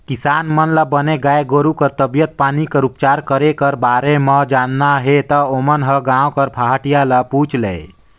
किसान मन ल बने गाय गोरु कर तबीयत पानी कर उपचार करे कर बारे म जानना हे ता ओमन ह गांव कर पहाटिया ल पूछ लय